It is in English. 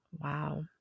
Wow